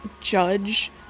judge